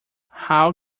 how